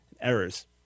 errors